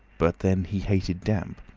but then he hated damp.